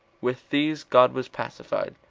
with these god was pacified,